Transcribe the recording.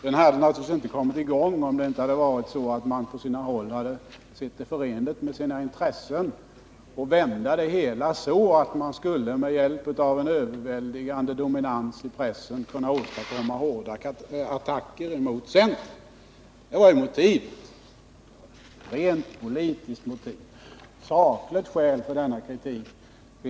Den hade naturligtvis inte kommit i gång om man inte på sina håll hade ansett det förenligt med sina intressen att vrida detta så att man, med hjälp av en överväldigande dominans i pressen, skulle kunna åstadkomma hårda attacker mot centern. Det var ett rent politiskt motiv som låg bakom kritiken.